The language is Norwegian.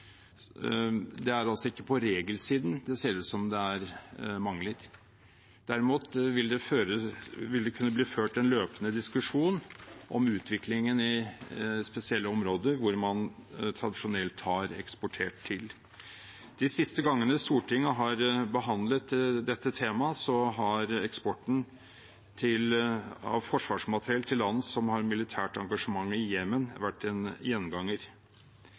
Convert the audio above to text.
Det er altså ikke på regelsiden det ser ut som det er mangler. Derimot vil det kunne bli ført en løpende diskusjon om utviklingen i spesielle områder hvor man tradisjonelt har eksportert til. De siste gangene Stortinget har behandlet dette temaet, har eksporten av forsvarsmateriell til land som har militært engasjement i Jemen, vært en gjenganger.